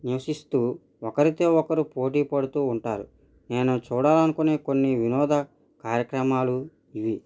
నివసిస్తూ ఒకరితో ఒకరు పోటీ పడుతూ ఉంటారు నేను చూడాలనుకునే కొన్ని వినోద కార్యక్రమాలు ఇవి